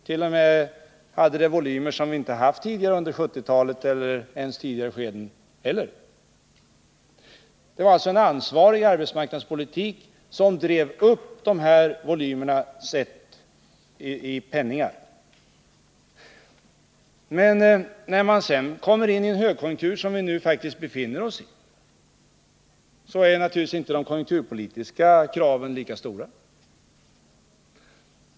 Det rörde sig f. ö. om volymer som vi inte hade haft tidigare under 1970-talet och inte heller under tidigare skeden. Det fördes alltså en ansvarig arbetsmarknadspolitik som drev upp volymerna i pengar räknat. När man sedan kommer in i en högkonjunktur, och en sådan befinner vi oss faktiskt i f. n., är naturligtvis inte de konjunkturpolitiska kraven lika stora.